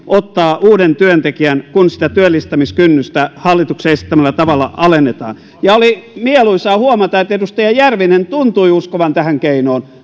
ottaa uuden työntekijän kun sitä työllistämiskynnystä hallituksen esittämällä tavalla alennetaan oli mieluisaa huomata että edustaja järvinen tuntui uskovan tähän keinoon